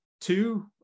two